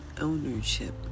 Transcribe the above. ownership